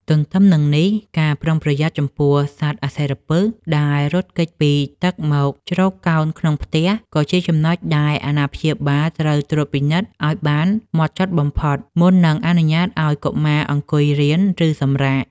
ទន្ទឹមនឹងនេះ ការប្រុងប្រយ័ត្នចំពោះសត្វអាសិរពិសដែលរត់គេចពីទឹកមកជ្រកកោនក្នុងផ្ទះ ក៏ជាចំណុចដែលអាណាព្យាបាលត្រូវត្រួតពិនិត្យឱ្យបានម៉ត់ចត់បំផុត មុននឹងអនុញ្ញាតឱ្យកុមារអង្គុយរៀន ឬសម្រាក។